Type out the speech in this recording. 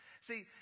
See